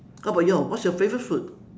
how about your what's your favorite food